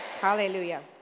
Hallelujah